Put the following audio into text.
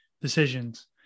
decisions